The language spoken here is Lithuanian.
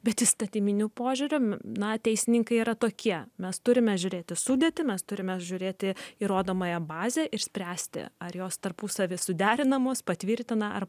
bet įstatyminiu požiūriu na teisininkai yra tokie mes turime žiūrėti sudėtį mes turime žiūrėti įrodomąją bazę ir spręsti ar jos tarpusavy suderinamos patvirtina ar